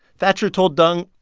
thatcher told deng,